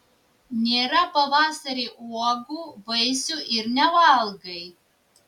nėra pavasarį uogų vaisių ir nevalgai